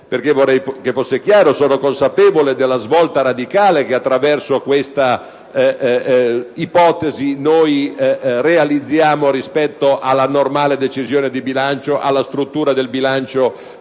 lunga. Vorrei infatti fosse chiaro che sono consapevole della svolta radicale che, attraverso questa ipotesi, noi realizziamo rispetto alla normale decisione di bilancio e alla struttura del bilancio